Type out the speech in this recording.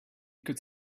could